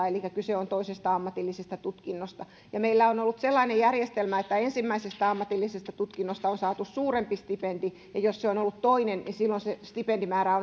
elikkä kyse on toisesta ammatillisesta tutkinnosta meillä on ollut sellainen järjestelmä että ensimmäisestä ammatillisesta tutkinnosta on saatu suurempi stipendi ja jos se on ollut toinen niin silloin se stipendimäärä